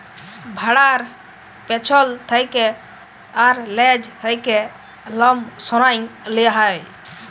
ভ্যাড়ার পেছল থ্যাকে আর লেজ থ্যাকে লম সরাঁয় লিয়া হ্যয়